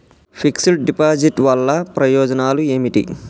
Fix డ్ deposit వల్ల ప్రయోజనాలు ఏమిటి?